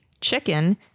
chicken